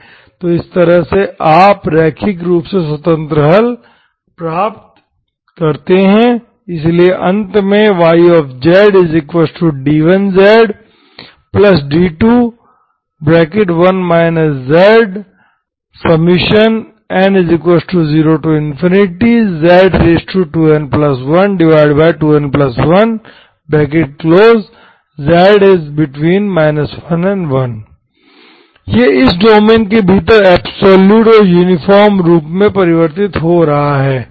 तो इस तरह से आप रैखिक रूप से स्वतंत्र हल प्राप्त करते हैं इसलिए अंत में y zd1zd21 zn0z2n12n1 1z1 यह इस डोमेन के भीतर एब्सोल्यूट और यूनिफार्म रूप से परिवर्तित हो रहा है